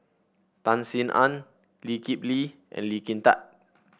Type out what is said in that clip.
Tan Sin Aun Lee Kip Lee and Lee Kin Tat